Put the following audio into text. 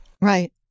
Right